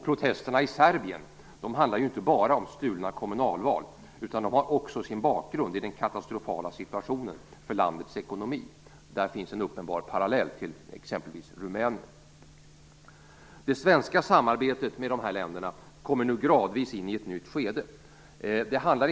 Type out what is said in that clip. Protesterna i Serbien handlar inte bara om stulna kommunalval, utan de har också sin bakgrund i den katastrofala situationen för landets ekonomi. Där finns en uppenbar parallell till exempelvis Rumänien. Det svenska samarbetet med de här länderna kommer nu gradvis in i ett nytt skede.